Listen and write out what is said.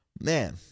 man